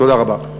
תודה רבה.